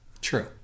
True